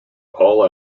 all